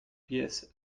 pièce